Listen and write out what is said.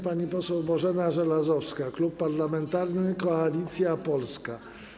Pani poseł Bożena Żelazowska, Klub Parlamentarny Koalicja Polska.